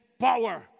power